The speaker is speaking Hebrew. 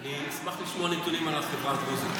אני אשמח לשמוע נתונים על החברה הדרוזית.